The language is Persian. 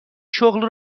شغل